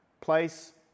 place